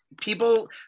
People